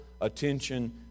attention